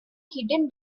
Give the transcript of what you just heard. hidden